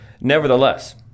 Nevertheless